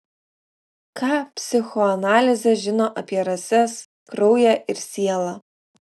ką psichoanalizė žino apie rases kraują ir sielą